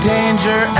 Danger